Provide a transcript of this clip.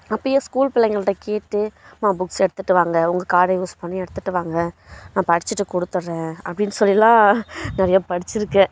அப்போயே ஸ்கூல் பிள்ளைங்கள்ட்ட கேட்டு மா புக்ஸு எடுத்துகிட்டு வாங்க உங்கள் கார்டு யூஸ் பண்ணி எடுத்துகிட்டு வாங்க நான் படித்துட்டு கொடுத்துறேன் அப்படின்னு சொல்லிலாம் நிறைய படிச்சிருக்கேன்